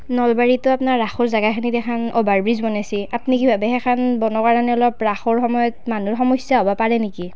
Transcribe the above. নলবাৰীততো আপোনাৰ ৰাসৰ জেগাখিনিত এখন অ'ভাৰব্ৰীজ বনাইছে আপুনি কি ভাবে সেইখন বনোৱাৰ কাৰণে অলপ ৰাসৰ সময়ত মানুহৰ সমস্যা হ'ব পাৰে নেকি